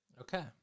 Okay